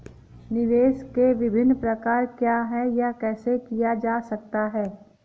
निवेश के विभिन्न प्रकार क्या हैं यह कैसे किया जा सकता है?